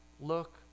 look